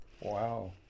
Wow